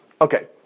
Okay